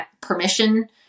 permission